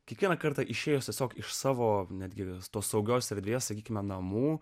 kiekvieną kartą išėjęs tiesiog iš savo netgi vestos saugios erdvės sakykime namų